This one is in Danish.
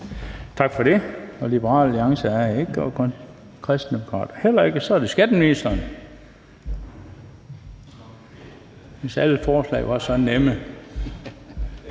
Tak for det.